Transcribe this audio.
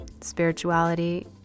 spirituality